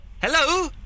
Hello